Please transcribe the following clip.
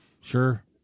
Sure